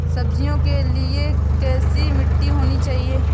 सब्जियों के लिए कैसी मिट्टी होनी चाहिए?